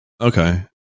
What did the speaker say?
Okay